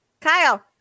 kyle